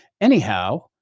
Anyhow